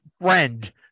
friend